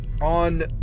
on